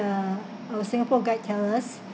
uh our singapore guide tell us